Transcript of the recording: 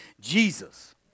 Jesus